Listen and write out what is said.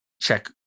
Check